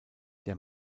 der